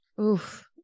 Oof